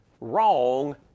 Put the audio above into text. wrong